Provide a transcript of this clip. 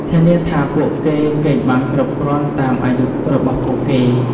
ធានាថាពួកគេគេងបានគ្រប់គ្រាន់តាមអាយុរបស់ពួកគេ។